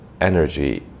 energy